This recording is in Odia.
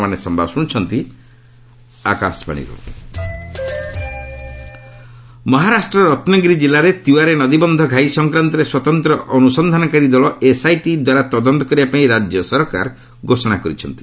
ମ୍ଗହା ଡ୍ୟାମ୍ ଏସ୍ଆଇଟି ମହାରାଷ୍ଟ୍ରର ରତ୍ନଗିରି ଜିଲ୍ଲାରେ ତିୱାରେ ନଦୀବନ୍ଧ ଘାଇ ସଂକ୍ରାନ୍ତରେ ସ୍ୱତନ୍ତ୍ର ଅନୁସନ୍ଧାନକାରୀ ଦଳ ଏସ୍ଆଇଟି ତଦନ୍ତ କରିବାପାଇଁ ରାଜ୍ୟ ସରକାର ଘୋଷଣା କରିଛନ୍ତି